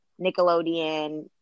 Nickelodeon